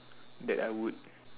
that I would